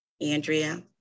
Andrea